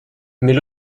mais